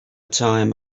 time